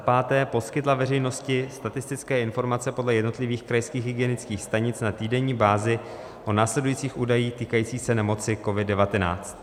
5. poskytla veřejnosti statistické informace podle jednotlivých krajských hygienických stanic na týdenní bázi o následujících údajích týkajících se nemoci COVID19: